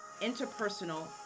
interpersonal